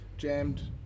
Jammed